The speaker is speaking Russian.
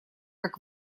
как